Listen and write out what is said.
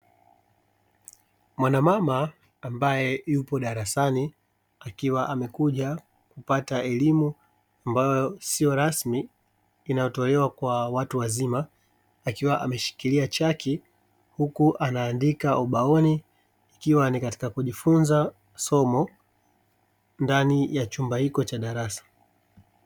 Mwana mama ambae yupo darasani, akiwa amekuja kupata elimu ambayo siyo rasmi inayotolewa kwa watu wazima, akiwa ameshikilia chaki, huku anaandika ubaoni, ikiwa ni katika kujifunza somo ndani ya chumba hiko cha darasa.